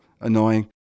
annoying